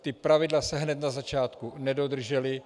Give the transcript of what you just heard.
Ta pravidla se hned na začátku nedodržela.